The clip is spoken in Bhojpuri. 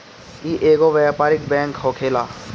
इ एगो व्यापारिक बैंक होखेला